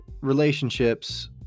relationships